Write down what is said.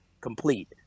complete